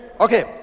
Okay